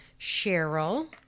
Cheryl